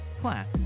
Class